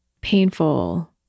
painful